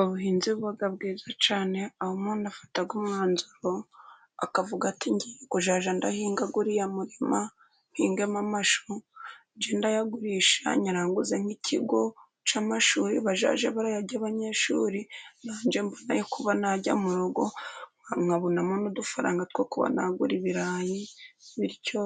Ubuhinzi buba bwiza cyane aho umuntu afata umwanzuro akavuga ati ngiye kujya ndahinga uriya murima mpingemo amashu, njye ndayagurisha nyaranguze nk'ikigo cy'amashuri bajye barayarya abanyeshuri ,nanjye mbone ayo kuba narya mu rugo nkabonamo n'udufaranga two kuba nagura ibirayi bityo